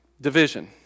division